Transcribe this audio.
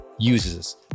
uses